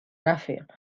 رفیق